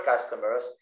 customers